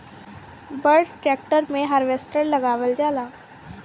बड़ ट्रेक्टर मे हार्वेस्टर लगावल जाला